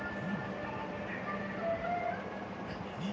Finland అత్యధిక coffee వినియోగదారుగా ఉందని న్యూస్ లో చెప్పారు